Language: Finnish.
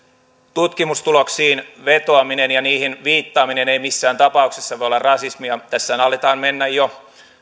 tutkimustuloksiin vetoaminen ja niihin viittaaminen ei missään tapauksessa voi olla rasismia tässähän aletaan mennä jo